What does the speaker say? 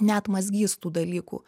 neatmazgys tų dalykų